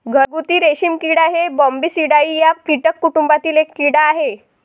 घरगुती रेशीम किडा हा बॉम्बीसिडाई या कीटक कुटुंबातील एक कीड़ा आहे